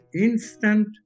instant